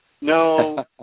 no